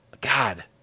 God